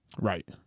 right